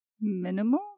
Minimal